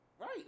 Right